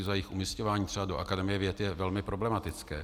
Jejich umísťování třeba do Akademie věd je velmi problematické.